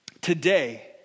today